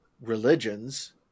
religions